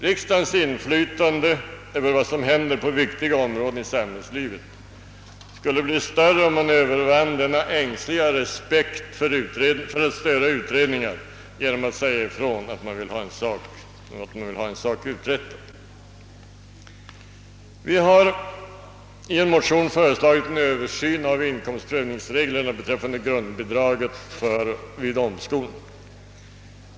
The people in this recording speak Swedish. Riksdagens inflytande på vad som händer på viktiga områden i samhällslivet skulle bli större, om den övervunne den ängsliga respekten för att störa utredningar och sade ifrån att den vill ha en sak uträttad. Vi har i en motion föreslagit en översyn av inkomstprövningsreglerna beträffande grundbidraget vid omskolning.